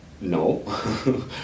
No